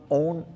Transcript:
own